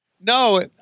No